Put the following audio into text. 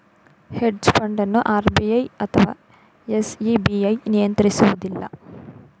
hedge fund ಅನ್ನು RBI ಅಥವಾ SEBI ನಿಯಂತ್ರಿಸುವುದಿಲ್ಲ